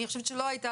אני חושבת שלא היית,